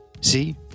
See